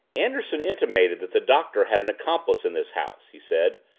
anderson intimated that the doctor had an accomplice in this house, he said,